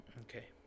okay